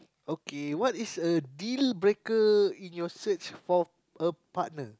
okay what is a dealbreaker in your search for a partner